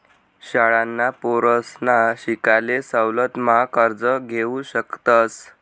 शाळांना पोरसना शिकाले सवलत मा कर्ज घेवू शकतस